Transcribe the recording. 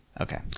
okay